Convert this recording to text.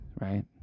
right